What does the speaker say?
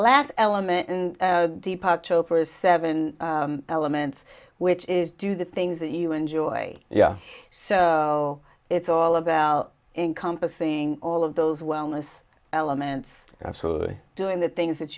last element in the pot show for his seven elements which is do the things that you enjoy yeah so it's all about encompassing all of those wellness elements absolutely doing the things that